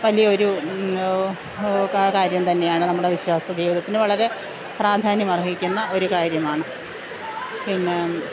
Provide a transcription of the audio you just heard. വലിയ ഒരു കാര്യം തന്നെയാണ് നമ്മുടെ വിശ്വാസജീവിതത്തിനു വളരെ പ്രാധാന്യം അർഹിക്കുന്ന ഒരു കാര്യമാണ് പിന്നേ